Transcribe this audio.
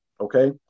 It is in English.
okay